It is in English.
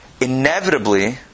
inevitably